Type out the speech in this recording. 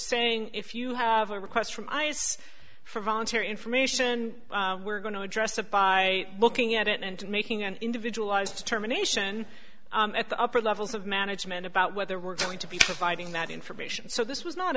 saying if you have a request from my us for volunteer information we're going to address that by looking at it and making an individual eyes determination at the upper levels of management about whether we're going to be providing that information so this was not